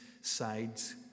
sides